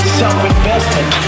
self-investment